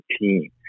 team